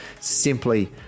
simply